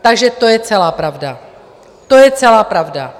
Takže to je celá pravda, to je celá pravda.